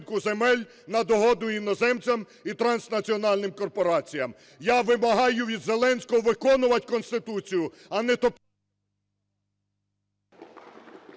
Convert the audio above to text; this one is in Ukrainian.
Дякую.